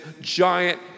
giant